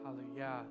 Hallelujah